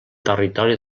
territori